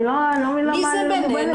אני לא מבינה מה לא מובן בזה?